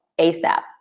ASAP